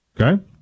Okay